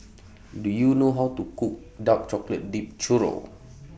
Do YOU know How to Cook Dark Chocolate Dipped Churro